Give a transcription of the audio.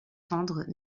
tendres